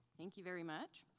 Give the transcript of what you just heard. thank you very much.